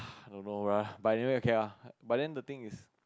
I don't know bruh but anyway okay ah but then the thing is